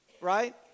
right